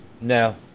No